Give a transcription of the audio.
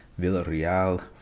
Villarreal